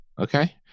okay